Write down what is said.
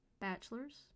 Bachelor's